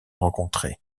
rencontrée